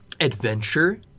Adventure